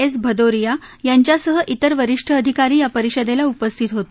S Bhadauria यांच्यासह तिर वरिष्ठ अधिकारी या परिषदेला उपस्थित होते